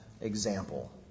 example